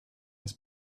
his